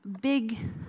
big